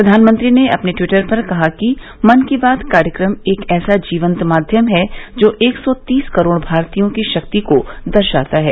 प्रधानमंत्री ने अपने ट्वीटर पर कहा कि मन की बात कार्यक्रम ऐसा जीवंत माध्यम है जो एक सौ तीस करोड़ भारतीयों की शक्ति को दर्शाता है